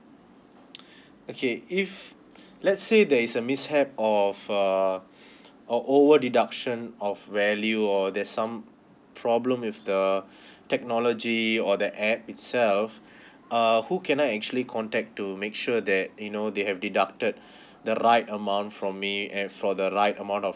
okay if let's say there is a mishap of a or over deduction of value or there's some problem with the technology or the app itself err who can I actually contact to make sure that you know they have deducted the right amount from me and for the right amount of